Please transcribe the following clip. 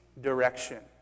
direction